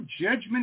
judgment